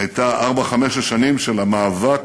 הייתה ארבע-חמש השנים של המאבק,